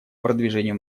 продвижению